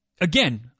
again